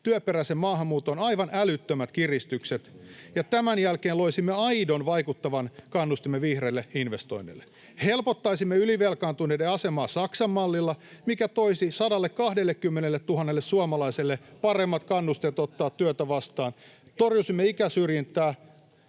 työperäisen maahanmuuton aivan älyttömät kiristykset ja tämän jälkeen loisimme aidon, vaikuttavan kannustimen vihreille investoinneille. Helpottaisimme ylivelkaantuneiden asemaa Saksan mallilla, [Timo Heinosen välihuuto] mikä toisi 120 000 suomalaiselle paremmat kannusteet ottaa työtä vastaan. Torjuisimme ikäsyrjintää,